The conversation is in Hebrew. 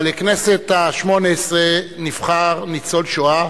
אבל לכנסת השמונה-עשרה נבחר ניצול השואה